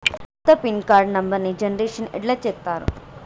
కొత్త pin card నెంబర్ని generation ఎట్లా చేత్తరు?